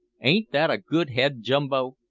ain't that a good head, jumbo?